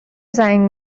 زنگ